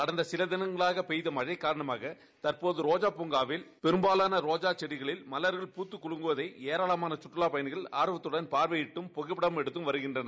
கடந்தசிலதினங்களாகபெய்தமழைகாரணமாகதற்போதுரோஜாபூங்காவில்பெரும்பாலானரோஜா செ டிகளில்மலர்கள்பூத்து குலுங்குவதைஏராளமானசுற்றுலாப்பயணிகள்ஆர்த்துடன்பார்வையிட்டும்புகை ப்படம்எடுத்தும்வருகின்றனர்